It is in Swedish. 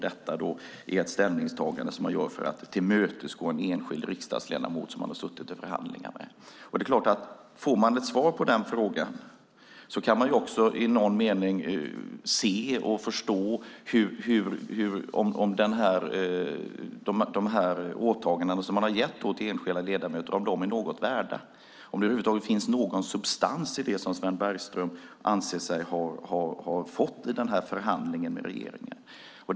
Detta är ett ställningstagande som man gör för att tillmötesgå en enskild riksdagsledamot som man har suttit i förhandlingar med. Får man ett svar på den frågan kan man också i någon mening se och förstå om de åtaganden som man har gett till enskilda ledamöter är något värda och om det över huvud taget finns någon substans i det som Sven Bergström anser sig ha fått i den här förhandlingen med regeringen.